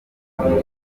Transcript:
akuramo